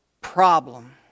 problem